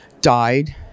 died